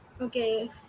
Okay